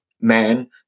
man